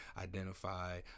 Identify